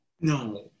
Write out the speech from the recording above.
no